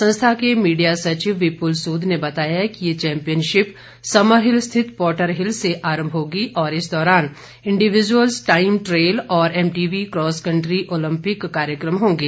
संस्था के मीडिया सचिव विपुल सूद ने बताया कि यह चैम्पयिनशिप शिमला के समरहिल स्थित पोटरहिल से आरम्भ होगी और इस दौरान इन्डिव्यूजल टाईम ट्रेल और एमटीवी क्रॉस कंट्री ओलम्पिक कार्यक्रमों होंगे